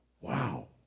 Wow